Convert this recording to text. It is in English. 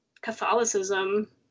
Catholicism